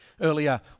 Earlier